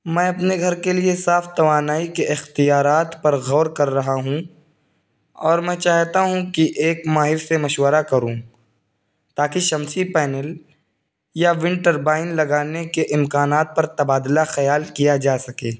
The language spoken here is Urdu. میں اپنے گھر کے لیے صاف توانائی کے اختیارات پر غور کر رہا ہوں اور میں چاہتا ہوں کہ ایک ماہر سے مشورہ کروں تاکہ شمسی پینل یا ون ٹربائن لگانے کے امکانات پر تبادلہ خیال جا سکے